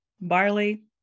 barley